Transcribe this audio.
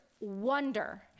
wonder